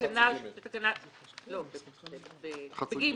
בפסקה (ג):